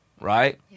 right